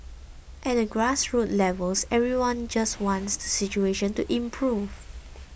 at the grassroots levels everyone just wants the situation to improve